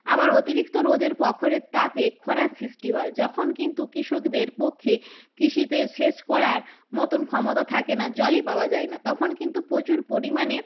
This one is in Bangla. আবার অতিরিক্ত রোদের প্রখর তাপে ক্ষরার সৃষ্টি হয় যখন কিন্তু কৃষকদের পক্ষে কৃষিতে সেচ করার মতন ক্ষমতা থাকে না জলই পাওয়া যায় না তখন কিন্তু প্রচুর পরিমাণে